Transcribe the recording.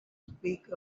speak